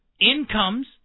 incomes